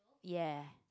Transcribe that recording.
ya